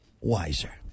wiser